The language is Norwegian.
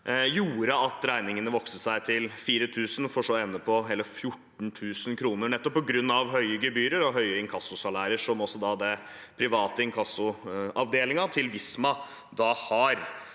gjorde at regningen først vokste til 4 000 kr, for så å ende på hele 14 000 kr, på grunn av høye gebyrer og høye inkassosalærer, som den private inkassoavdelingen til Visma har.